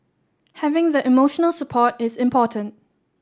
having the emotional support is important